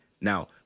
Now